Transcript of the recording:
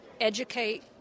educate